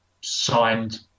signed